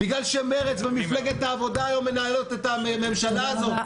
כי מרצ ומפלגת העבודה היום מנהלות את הממשלה הזאת.